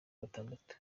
gatandatu